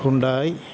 Hyundai